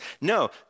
No